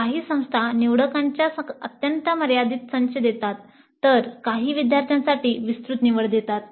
काही संस्था निवडकांचा अत्यंत मर्यादित संच देतात तर काही विद्यार्थ्यांसाठी विस्तृत निवड देतात